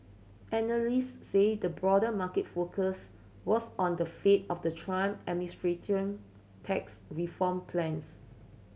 analyst said the broader market focus was on the fate of the Trump administration tax reform plans